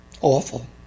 Awful